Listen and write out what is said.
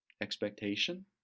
expectation